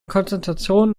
konzentration